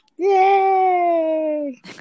Yay